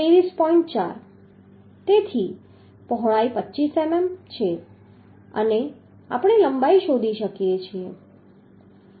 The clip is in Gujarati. તેથી પહોળાઈ 25 મીમી અને લંબાઈ શોધી શકીએ છીએ